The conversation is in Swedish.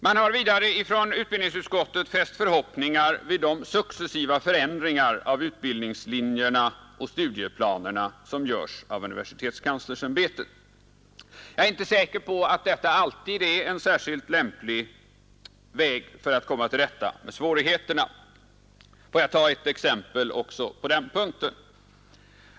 Man har vidare från utbildningsutskottet fäst förhoppningar vid de successiva förändringar av utbildningslinjerna och studieplanerna som görs av universitetskanslersämbetet. Jag är inte säker på att detta alltid är en särskilt lämplig väg för att komma till rätta med svårigheterna. Jag vill ta ett exempel också på den punkten.